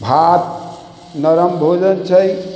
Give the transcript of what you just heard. भात नरम भोजन छै